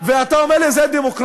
ואתה אומר לי שזה דמוקרטי?